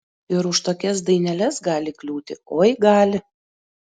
ir už tokias daineles gali kliūti oi gali